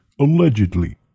Allegedly